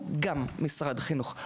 הוא גם משרד החינוך,